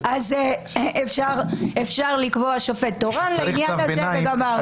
אז אפשר לקבוע שופט תורן לעניין הזה, וגמרנו.